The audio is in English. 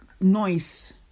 noise